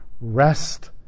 Rest